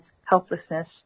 helplessness